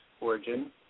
origin